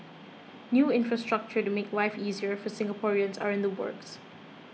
new infrastructure to make life easier for Singaporeans are in the works